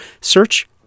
Search